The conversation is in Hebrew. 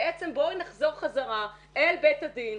בעצם בואי נחזור חזרה אל בית הדין,